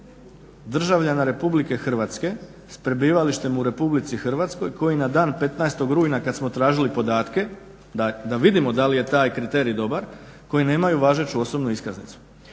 državljana Republike Hrvatske s prebivalištem u Republici Hrvatskoj koji na dan 15. rujna kad smo tražili podatke da vidimo da li je taj kriterij dobar, koji nemaju važeću osobnu iskaznicu.